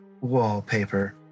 wallpaper